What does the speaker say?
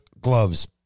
gloves